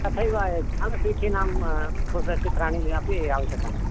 तथैव ज्ञानपीठिनां पुस्त चित्राणि अपि आवश्यकानि